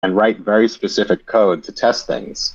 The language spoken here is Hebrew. and write very specific code to test things.